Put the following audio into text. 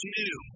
new